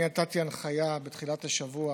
אני נתתי הנחיה בתחילת השבוע